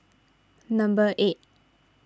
number eight